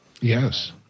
Yes